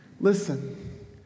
listen